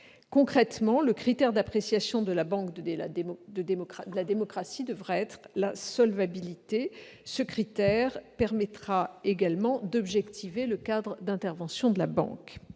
Concrètement, le critère d'appréciation appliqué par la banque de la démocratie devra être la solvabilité. Ce critère permettra également d'objectiver le cadre d'intervention de la banque.